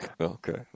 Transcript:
Okay